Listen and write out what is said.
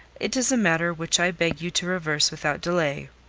it is a matter which i beg you to reverse without delay.